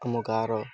ଆମ ଗାଁର